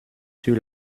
sur